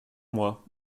moi